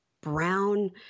brown